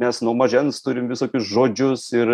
nes nuo mažens turim visokius žodžius ir